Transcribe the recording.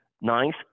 Ninth